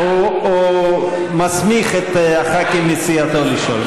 הוא מסמיך את הח"כים מסיעתו לשאול.